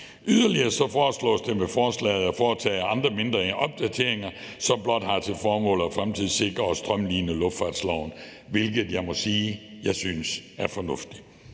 Yderligere foreslås det med forslaget at foretage andre mindre opdateringer, som blot har til formål at fremtidssikre og strømline luftfartsloven, hvilket jeg må sige at jeg synes er fornuftigt.